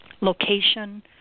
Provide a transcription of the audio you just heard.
location